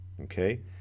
okay